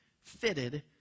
fitted